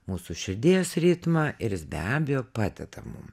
mūsų širdies ritmą ir jis be abejo padeda mum